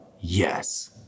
yes